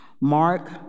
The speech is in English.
Mark